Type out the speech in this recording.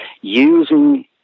using